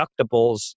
deductibles